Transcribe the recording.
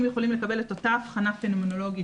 יכולים לקבל את אותה אבחנה פנומנולוגית,